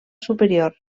superior